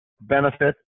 benefit